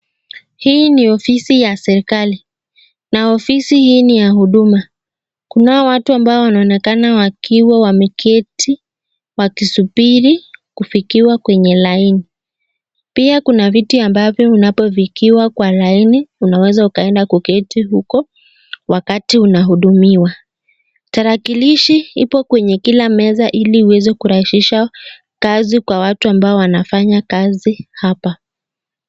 Hii ni ofisi ya serikali na ofisi hii ni ya huduma. Kuna watu ambao wanaonekana wakiwa wameketi wakisubiri kufikiwa kwenye laini. Pia kuna viti ambavyo unapofikiwa kwa laini, unaweza ukaenda kuketi huko wakati unahudumiwa. Tarakilishi ipo kwenye kila meza ili iweze kurahisisha kazi kwa watu ambao wanafanya kazi hapa.